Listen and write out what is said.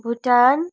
Bhutan